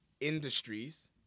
industries